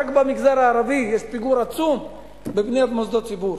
ורק במגזר הערבי יש פיגור עצום בבניית מוסדות ציבור.